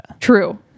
True